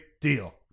deal